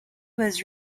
was